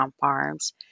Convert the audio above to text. Farms